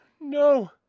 No